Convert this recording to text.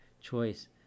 choice